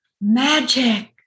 magic